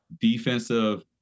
Defensive